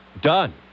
done